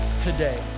today